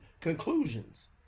conclusions